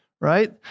Right